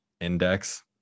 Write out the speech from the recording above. index